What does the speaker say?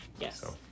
Yes